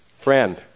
Friend